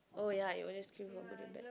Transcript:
oh ya you will just queue for goodie bag